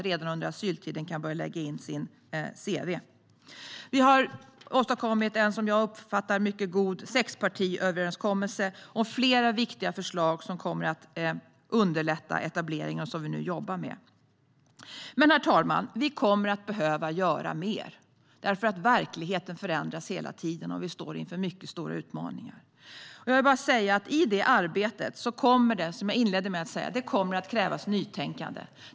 Redan under asyltiden kan var och en lägga in sitt cv där. Som jag uppfattar det har vi åstadkommit en mycket bra sexpartiöverenskommelse om flera viktiga förslag som kommer att underlätta etablering och som vi nu jobbar med. Herr talman! Vi kommer att behöva göra mer. Verkligheten förändras hela tiden, och vi står inför mycket stora utmaningar. Som jag inledde med att säga kommer det i detta arbete att krävas nytänkande.